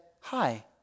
hi